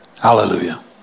Hallelujah